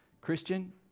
Christian